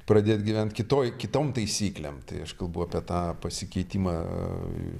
pradėt gyvent kitoj kitom taisyklėm tai aš kalbu apie tą pasikeitimą